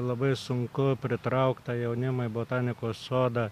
labai sunku pritraukt tą jaunimą į botanikos sodą